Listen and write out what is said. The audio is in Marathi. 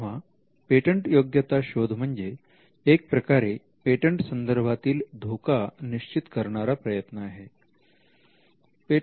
तेव्हा पेटंटयोग्यता शोध म्हणजे एक प्रकारे पेटंट संदर्भातील धोका निश्चित करणारा प्रयत्न होय